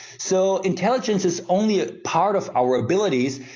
so intelligence is only a part of our abilities,